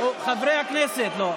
חברי הכנסת, לא.